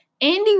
Andy